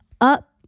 up